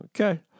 okay